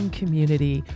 community